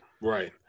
right